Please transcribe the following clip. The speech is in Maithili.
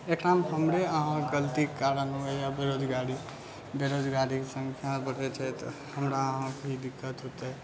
एकरामे हमरे अहाँकेँ गलतीके कारण होइ हइ बेरोजगारी बेरोजगारीके संख्या बढ़ैत छै तऽ हमरा अहाँकेँ ई दिक्कत होतै